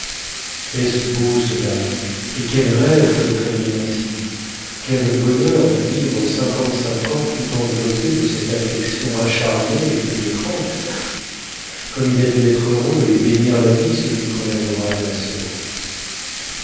est-ce beau cela et quel rêve d'être aimé ainsi quel bonheur de vivre cinquante-cinq ans tout enveloppé de cette affection acharnée et pénétrante comme il a dû être heureux et bénir la vie celui qu'on adora de la sorte